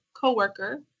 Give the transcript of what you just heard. coworker